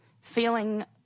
feeling